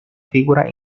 figura